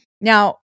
Now